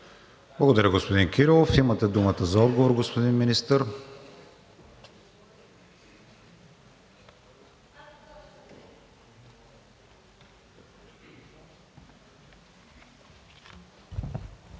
Благодаря, господин Ебатин. Имате думата за отговор, господин Министър.